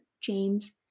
James